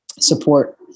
support